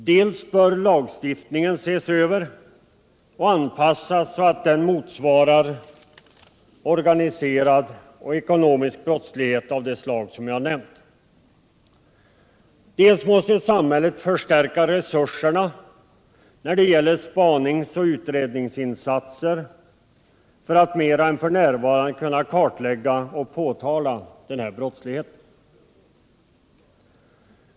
Dels bör lagstiftningen ses över och anpassas så att den motsvarar organiserad och ekonomisk brottslighet av det slag som jag nämnt. Dels måste samhället förstärka resurserna när det gäller spaningsoch utredningsinsatser för att mera än f.n. kunna kartlägga och påtala denna brottslighet.